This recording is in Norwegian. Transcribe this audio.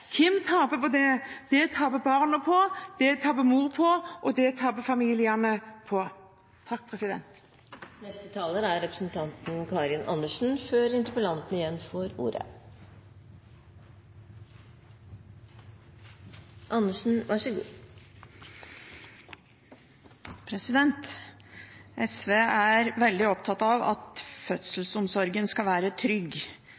Hvem taper på det? Det taper barna på, det taper moren på, og det taper familiene på. SV er veldig opptatt av at